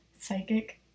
psychic